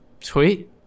Sweet